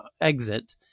exit